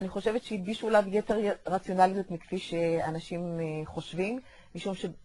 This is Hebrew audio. אני חושבת שהלבישו עליו יתר רציונליות מכפי שאנשים חושבים משום ש..